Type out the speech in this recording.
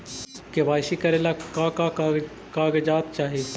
KYC करे ला का का कागजात चाही?